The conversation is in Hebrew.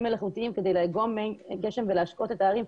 מלאכותיים כדי לאגום מי גשם ולהשקות את העלים.